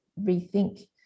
rethink